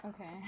Okay